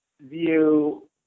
view